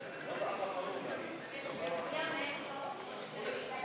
אדוני היושב-ראש,